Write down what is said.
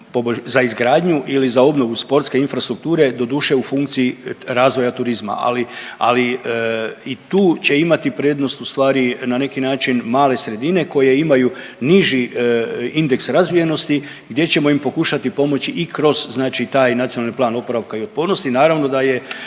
za izgradnju ili za obnovu sportske infrastrukture, doduše u funkciji razvoja turizma, ali, ali i tu će imati prednost ustvari na neki način male sredine koje imaju niži indeks razvijenosti gdje ćemo im pokušati pomoći i kroz znači taj NPOO, naravno